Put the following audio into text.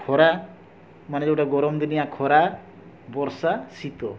ଖରା ମାନେ ଯେଉଁଟା ଗରମ ଦିନିଆ ଖରା ବର୍ଷା ଶୀତ